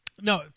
no